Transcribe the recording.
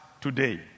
today